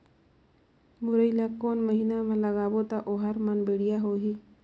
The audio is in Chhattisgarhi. मुरई ला कोन महीना मा लगाबो ता ओहार मान बेडिया होही?